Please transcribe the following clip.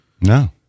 No